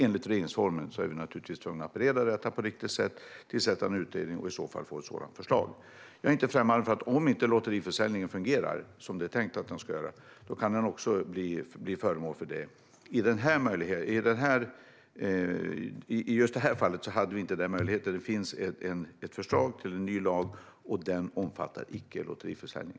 Enligt regeringsformen är vi tvungna att bereda lagförslag på ett riktigt sätt, och ett sådant förslag skulle alltså kräva en ny utredning. Om inte lotteriförsäljningen fungerar som det är tänkt är jag inte främmande för att låta den bli föremål för detta. I detta fall hade vi inte denna möjlighet. Det finns ett förslag till ny lag, och den omfattar inte lotteriförsäljning.